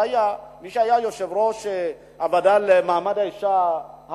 מי שהיה יושב-ראש הוועדה לקידום מעמד האשה,